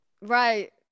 right